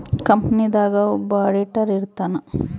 company ದಾಗ ಒಬ್ಬ auditor ಇರ್ತಾನ